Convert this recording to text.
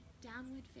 downward